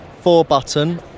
four-button